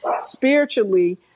spiritually